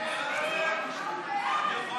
63